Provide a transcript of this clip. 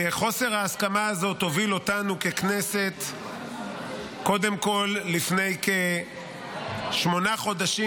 חוסר ההסכמה הזאת הוביל אותנו ככנסת קודם כל לפני כשמונה חודשים,